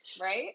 right